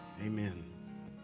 amen